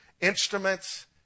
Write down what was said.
instruments